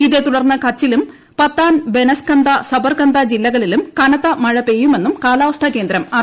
ഇതേത്തുടർന്ന് കച്ചിലും പത്താൻ ബെനസ്കന്ത സബർകന്ത ജില്ല്കളിലും കനത്ത മഴ പെയ്യുമെന്നും കാലാവസ്ഥാ കേന്ദ്രം അറിയിച്ചു